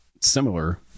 similar